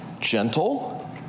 gentle